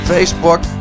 Facebook